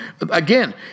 again